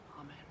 amen